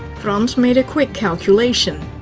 frans made a quick calculation.